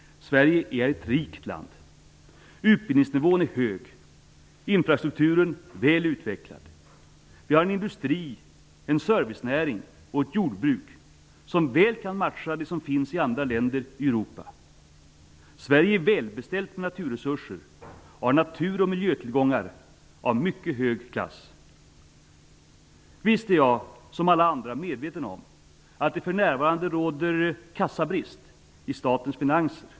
Sverige är ett rikt land. Utbildningsnivån är hög, infrastrukturen väl utvecklad. Vi har en industri, en servicenäring och ett jordbruk som mycket väl kan matcha det som finns i andra länder i Europa. Sverige är välbeställt med naturresurser och har natur och miljötillgångar av mycket hög klass. Visst är jag, som alla andra, medveten om att det för närvarande råder kassabrist i statens finanser.